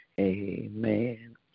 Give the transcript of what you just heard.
amen